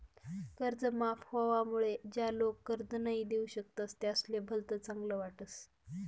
कर्ज माफ व्हवामुळे ज्या लोक कर्ज नई दिऊ शकतस त्यासले भलत चांगल वाटस